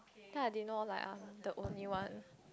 then I didn't know like I'm the only one